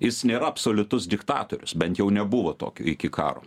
jis nėra absoliutus diktatorius bent jau nebuvo tokio iki karo